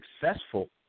successful